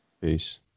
Peace